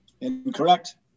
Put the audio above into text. Incorrect